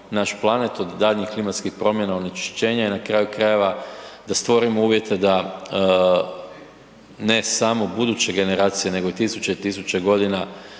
naš planet od daljnjih klimatskih promjena onečišćenja i na kraju krajeva stvorimo uvjete da ne samo buduće generacije nego i tisuće i tisuće godina